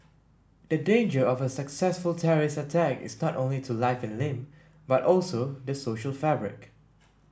the danger of a successful terrorist attack is not only to life and limb but also the social fabric